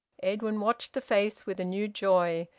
edwin watched the face with a new joy,